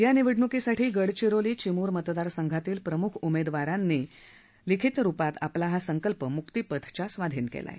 या निवडण्कीसाठी गडचिरोली चिम्र मतदारसंघातील प्रम्ख उमेदवारांनी लिखित रुपात आपला हा संकल्प मुक्तिपथच्या स्वाधीन केला आहे